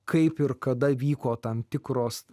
kaip ir kada vyko tam tikros